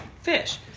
fish